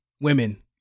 women